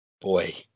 boy